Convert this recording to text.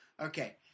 Okay